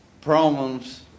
problems